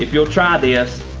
if you try this,